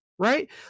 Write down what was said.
right